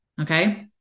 Okay